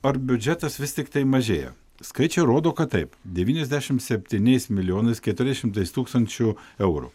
ar biudžetas vis tiktai mažėja skaičiai rodo kad taip devyniasdešimt septyniais milijonais keturiais šimtais tūkstančių eurų